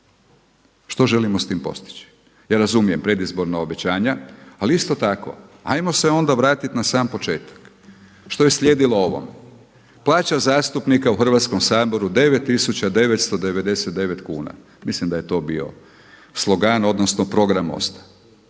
što želimo s tim postići. Ja razumijem predizborna obećanja, ali isto tako ajmo se onda vratiti na sam početak. Što je slijedilo ovom? Plaća zastupnika u Hrvatskom saboru 9.999 kuna, mislim da je to bio slogan odnosno program MOST-a.